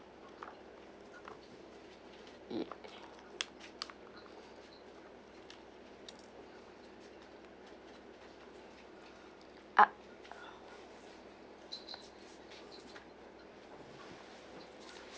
yeah ah